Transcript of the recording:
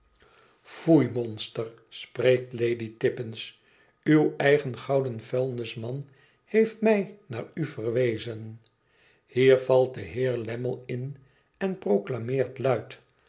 ifoei monster spreekt lady tippins i uw eigen gouden vuilnisman heejft mij naar u verwezen hier valt de heer lammie in en proclameert luid